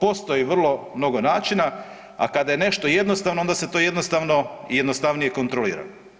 postoji vrlo mnogo načina, a kada je nešto jednostavno onda se to jednostavno i jednostavnije kontrolira.